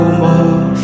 more